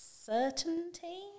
certainty